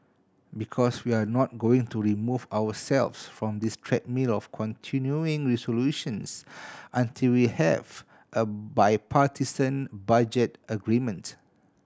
because we're not going to remove ourselves from this treadmill of continuing resolutions until we have a bipartisan budget agreement